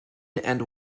and